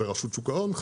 ברשות שוק ההון?